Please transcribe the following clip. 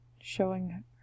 showing